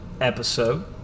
episode